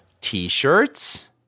t-shirts